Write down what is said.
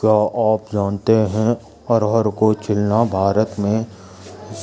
क्या आप जानते है अरहर को छीलना भारत में